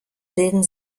bilden